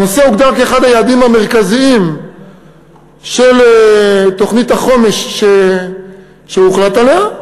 הנושא הוגדר כאחד היעדים המרכזיים של תוכנית החומש שהוחלט עליה,